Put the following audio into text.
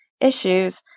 issues